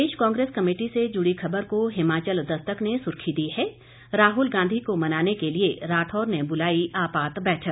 प्रदेश Congress committee से जुड़ी खबर को हिमाचल दस्तक ने सुर्खी दी है राहल गांधी को मनाने के लिए राठौर ने बुलाई आपात बैठक